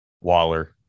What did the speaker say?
Waller